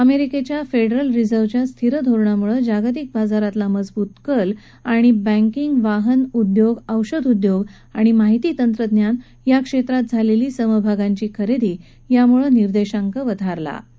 अमेरिकेच्या फेडरल रिझर्व्हच्या स्थिर धोरणामुळे जागतिक बाजारातला मजवूत कल आणि बँकिग वाहन उद्योग औषध उद्योगआणि माहिती तंत्रज्ञान या क्षेत्रात झालेली समभागांची खरेदी यामुळे निर्देशांक वधारले असं बाजार विश्लेषकांचं मत आहे